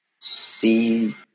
see